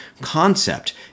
concept